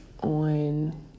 on